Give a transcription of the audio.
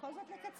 בכל זאת לקצר?